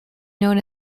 known